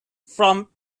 from